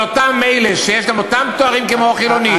לאותם אלה שיש להם אותם תארים כמו לחילונים,